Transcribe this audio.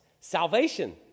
Salvation